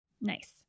Nice